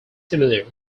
similar